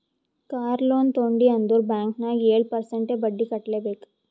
car loan ತೊಂಡಿ ಅಂದುರ್ bank ನಾಗ್ ಏಳ್ ಪರ್ಸೆಂಟ್ರೇ ಬಡ್ಡಿ ಕಟ್ಲೆಬೇಕ್